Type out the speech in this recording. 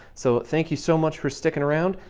so, thank you so much for stickin' around,